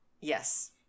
Yes